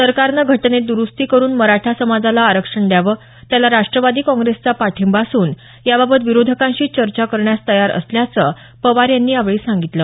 सरकारनं घटनेत दरुस्ती करुन मराठा समाजाला आरक्षण द्यावं त्याला राष्ट्रवादी काँग्रेसचा पाठिंबा असून याबाबत विरोधकांशी चर्चा करण्यास तयार असल्याचं पवार यांनी यावेळी सांगितलं